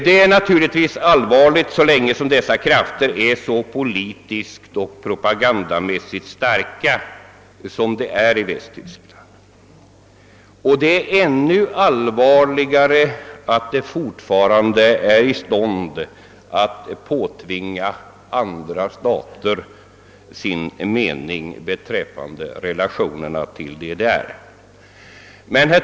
Det är naturligtvis allvarligt så länge dessa krafter är så politiskt och propagandamässigt starka som de är i Västtyskland. Och det är ännu allvarligare att de fortfarande är i stånd att påtvinga andra stater sin mening beträffande relationerna till DDR.